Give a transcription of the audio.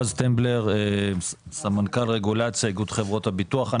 בועז סטמבלר, סמנכ"ל רגולציה, איגוד חברות הביטוח.